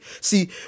See